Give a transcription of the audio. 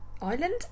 Island